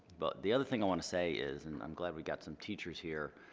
but the other thing i want to say is, and i'm glad we've got some teachers here,